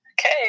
Okay